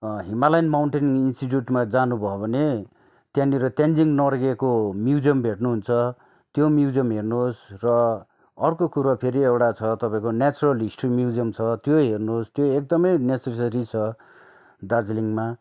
Himalayan mountain इन्सटिट्युटमा जानुभयो भने त्याँनिर तेन्जिङ नोर्गेको म्युजियम भेटनु हुन्छ त्यो म्युजियम हेर्नुहोस् र अर्को कुरा फेरि एउटा छ तपाईँको नेचरल हिस्ट्री म्युजियम छ त्यो हेर्नुहोस् त्यो एकदमै नेससेरी छ दार्जिलिङमा